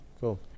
Cool